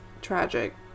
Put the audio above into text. tragic